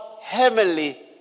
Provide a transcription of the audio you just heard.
heavenly